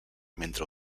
mentre